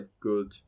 good